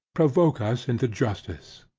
provoke us into justice.